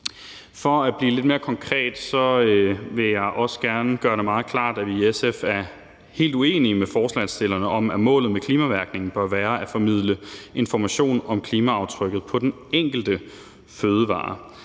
For at blive lidt mere konkret, vil jeg også gerne gøre det meget klart, at vi i SF er helt uenige med forslagsstillerne i, at målet med klimamærkningen bør være at formidle information om klimaaftrykket på den enkelte fødevare.